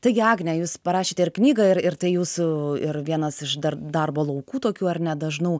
taigi agne jūs parašėte ir knygą ir ir tai jūsų ir vienas iš dar darbo laukų tokių ar ne dažnų